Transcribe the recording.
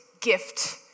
gift